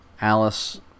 Alice